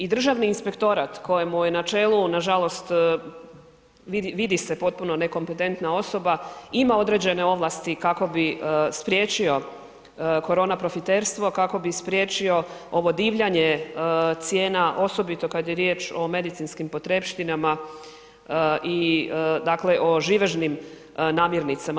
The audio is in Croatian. I Državni inspektorat kojemu je na čelu, nažalost vidi se potpuno nekompetentna osoba, ima određene ovlasti kako bi spriječio korona profiterstvo, kako bi spriječio ovo divljanje cijena osobito kad je riječ o medicinskim potrepštinama i dakle o živežnim namirnicama.